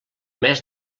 més